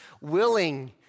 willing